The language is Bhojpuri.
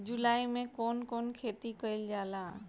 जुलाई मे कउन कउन खेती कईल जाला?